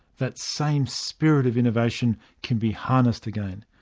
that same spirit of innovation can be harnessed again.